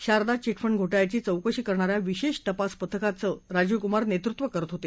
Sharda chit fund घोटाळ्याची चौकशी करणा या विशेष तपास पथकाचं राजीव कुमार नेतृत्व करत होते